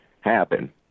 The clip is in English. happen